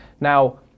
Now